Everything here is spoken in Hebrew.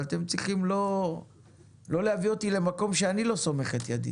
אבל אתם צריכים לא להביא אותי למקום שאני לא סומך את ידי'.